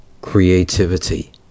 creativity